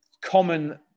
common